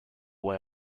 way